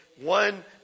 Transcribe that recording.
one